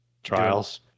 Trials